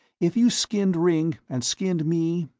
if you skinned ringg, and skinned me,